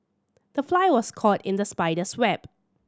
the fly was caught in the spider's web